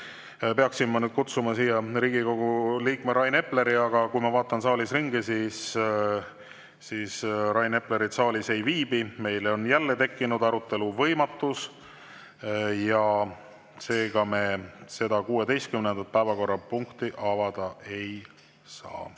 peaksin kutsuma siia Riigikogu liikme Rain Epleri, aga kui ma vaatan saalis ringi, siis näen, et Rain Eplerit saalis ei viibi. Meil on jälle tekkinud arutelu võimatus ja seega me 16. päevakorrapunkti arutelu avada ei saa.